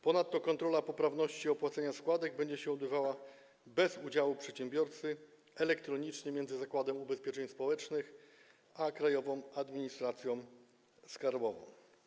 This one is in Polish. Ponadto kontrola poprawności opłacenia składek będzie się odbywała bez udziału przedsiębiorcy, elektronicznie, w relacjach między Zakładem Ubezpieczeń Społecznych a Krajową Administracją Skarbową.